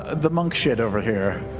ah the monk shit over here?